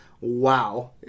Wow